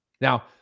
Now